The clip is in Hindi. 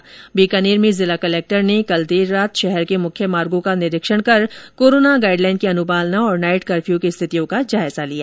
वहीं बीकानेर में जिला कलेक्टर ने कल देर रात शहर के मुख्य मार्गों का निरीक्षण कर कोरोना गाइड लाइन की अनुपालना और नाइट कफ्र्यू की स्थितियों का जायजा लिया